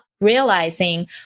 realizing